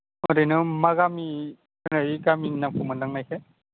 ओरैनो मा गामि खोनायै गामिनि नामखौ मोनदांनायखाय